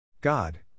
God